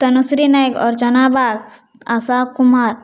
Tanushree Nayak Archana Bag Asha Kumar